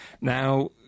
Now